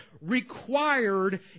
required